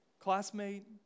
classmate